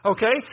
Okay